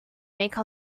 make